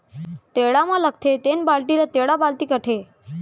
टेड़ा म लगथे तेन बाल्टी ल टेंड़ा बाल्टी कथें